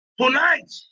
Tonight